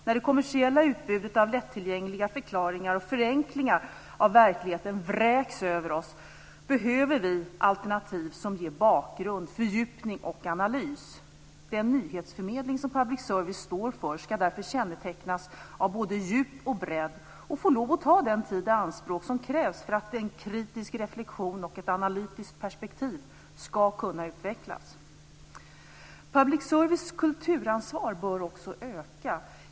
När det kommersiella utbudet av lättillgängliga förklaringar och förenklingar av verkligheten vräks över oss behöver vi alternativ som ger bakgrund, fördjupning och analys. Den nyhetsförmedling som public service står för ska därför kännetecknas av både djup och bredd och få lov att ta den tid i anspråk som krävs för att en kritisk reflexion och ett analytiskt perspektiv ska kunna utvecklas. Public services kulturansvar bör också öka.